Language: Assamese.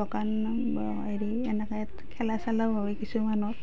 দোকান হেৰি এনেকৈ খেলা চেলাও হয় কিছুমানত